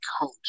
coach